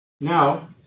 Now